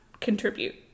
contribute